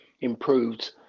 improved